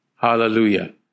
Hallelujah